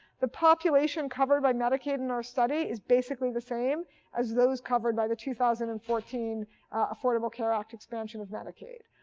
the population covered by medicaid in our study is basically the same as those covered by the two thousand and fourteen affordable care act expansion of medicaid.